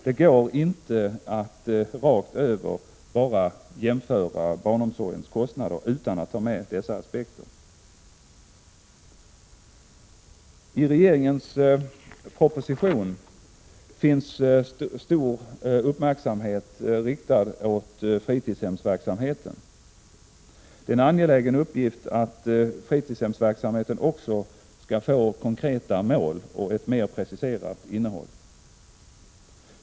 Det går inte att rakt över bara jämföra barnomsorgens kostnader utan att ta med dessa aspekter. I regeringens proposition är stor uppmärksamhet riktad mot fritidshemsverksamheten. Det är en angelägen uppgift att fritidshemsverksamheten också skall få konkreta mål och ett mer preciserat innehåll.